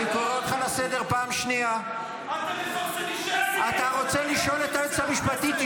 אתם משקרים לכנסת.